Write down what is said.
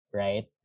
right